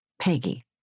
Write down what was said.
Peggy